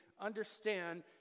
understand